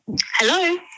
Hello